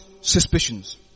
suspicions